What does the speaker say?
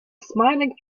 smiling